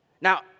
Now